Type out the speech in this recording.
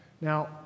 Now